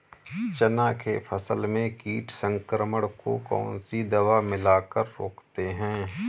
चना के फसल में कीट संक्रमण को कौन सी दवा मिला कर रोकते हैं?